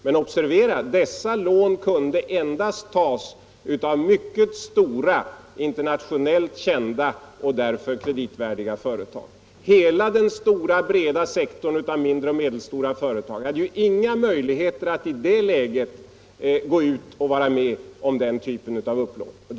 Men observera: dessa lån kunde endast tas av mycket stora, internationellt kända och därför kreditvärdiga företag. Hela den breda sektorn av mindre och medelstora företag hade inga möjligheter att i det läget låna pengar utomlands.